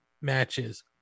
matches